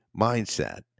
mindset